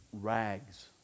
rags